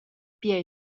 pia